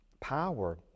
power